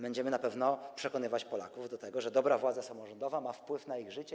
Będziemy na pewno przekonywać Polaków do tego, że dobra władza samorządowa ma wpływ na ich życie.